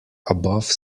above